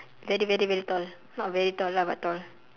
very very very tall not very tall lah but tall